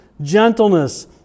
gentleness